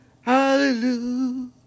hallelujah